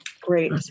Great